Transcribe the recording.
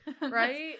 Right